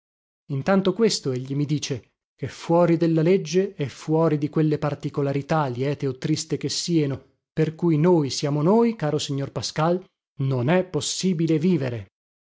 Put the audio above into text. intanto questo egli mi dice che fuori della legge e fuori di quelle particolarità liete o tristi che sieno per cui noi siamo noi caro signor pascal non è possibile vivere